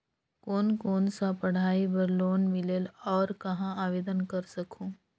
कोन कोन सा पढ़ाई बर लोन मिलेल और कहाँ आवेदन कर सकहुं?